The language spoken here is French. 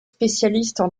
spécialistes